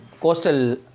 coastal